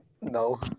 no